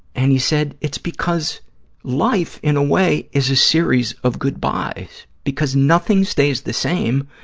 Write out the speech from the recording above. and he said, it's because life in a way is a series of good-byes, because nothing stays the same.